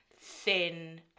thin